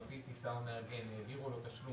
שמפעיל טיסה או מארגן העבירו לו תשלום